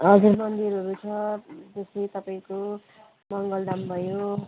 हजुर मन्दिरहरू छ त्यसपछि तपाईँको मङ्गलधाम भयो